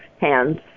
hands